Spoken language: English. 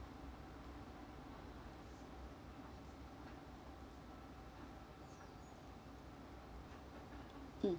mm